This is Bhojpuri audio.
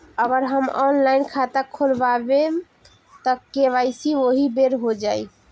अगर हम ऑनलाइन खाता खोलबायेम त के.वाइ.सी ओहि बेर हो जाई